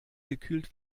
gekühlt